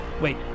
Wait